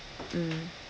mm